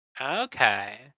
Okay